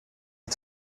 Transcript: des